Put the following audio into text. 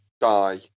die